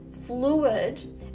fluid